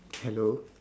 hello